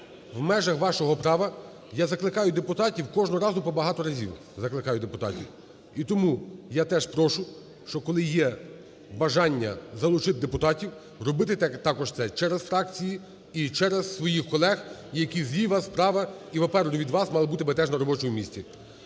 в межах вашого права. Я закликаю депутатів кожного разу по багато разів закликаю депутатів. І тому я теж прошу, що коли є бажання залучити депутатів, робити також це через фракції і через своїх колег, які зліва, справа і попереду від вас мали бути теж на робочому місці.